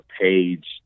page